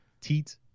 teat